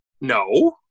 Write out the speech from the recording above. No